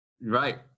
Right